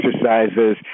exercises